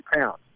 pounds